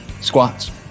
Squats